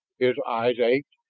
his eyes ached,